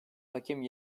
hakem